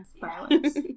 Violence